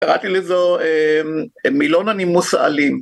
קראתי לזו מילון הנימוס האלים